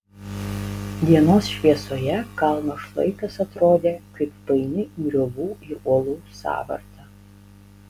dienos šviesoje kalno šlaitas atrodė kaip paini griovų ir uolų sąvarta